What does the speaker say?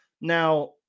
Now